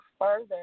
further